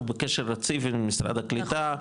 הוא בקשר רציף עם משרד הקליטה,